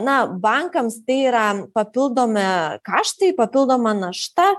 na bankams tai yra papildomi kaštai papildoma našta